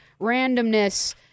randomness